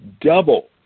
double